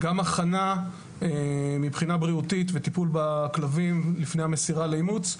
גם הכנה מבחינה בריאותית וטיפול בכלבים לפני המסירה לאימוץ,